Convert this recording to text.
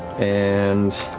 and